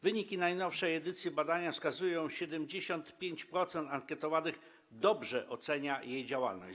Wyniki najnowszej edycji badania wskazują, że 75% ankietowanych dobrze ocenia jej działalność.